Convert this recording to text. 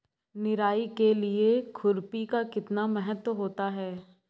निराई के लिए खुरपी का कितना महत्व होता है?